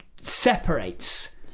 separates